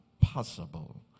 possible